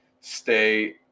stay